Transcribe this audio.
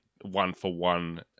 one-for-one